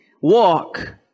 walk